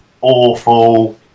awful